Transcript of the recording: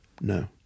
no